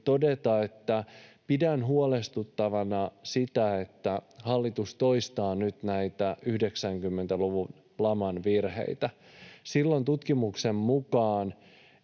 todeta, että pidän huolestuttavana sitä, että hallitus toistaa nyt näitä 90-luvun laman virheitä. Silloin tutkimuksen mukaan